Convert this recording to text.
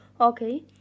Okay